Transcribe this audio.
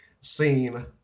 scene